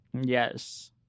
Yes